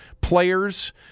Players